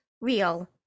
real